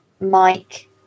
Mike